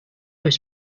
was